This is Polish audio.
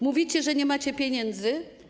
Mówicie, że nie macie pieniędzy.